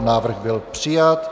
Návrh byl přijat.